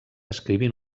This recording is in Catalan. escrivint